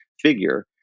figure